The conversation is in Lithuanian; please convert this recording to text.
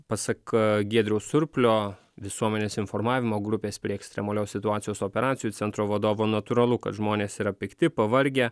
pasak giedriaus surplio visuomenės informavimo grupės prie ekstremalios situacijos operacijų centro vadovo natūralu kad žmonės yra pikti pavargę